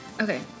Okay